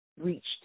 reached